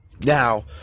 Now